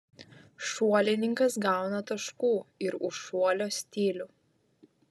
šuolininkas gauna taškų ir už šuolio stilių